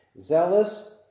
zealous